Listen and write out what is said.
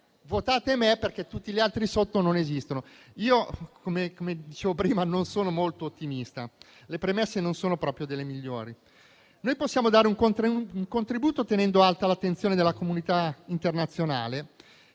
votate me perché tutti gli altri sotto non esistono. Come ho già detto, non sono molto ottimista. Le premesse non sono proprio delle migliori. Noi possiamo dare un contributo, tenendo alta l'attenzione della comunità internazionale.